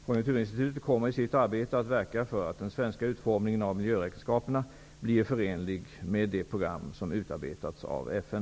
Konjunkturinstitutet kommer i sitt arbete att verka för att den svenska utformningen av miljöräkenskaperna blir förenlig med det program som utarbetats av FN.